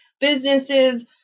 businesses